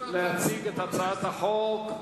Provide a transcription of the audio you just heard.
להציג את הצעת החוק.